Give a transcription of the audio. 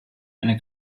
eine